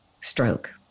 stroke